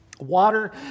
Water